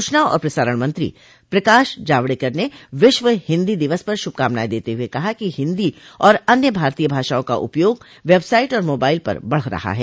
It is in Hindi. सूचना और प्रसारण मंत्री प्रकाश जावड़ेकर ने विश्व हिंदी दिवस पर शुभकामनाएं देते हुए कहा कि हिंदी और अन्य भारतीय भाषाओं का उपयोग वेबसाइट और मोबाइल पर बढ़ रहा है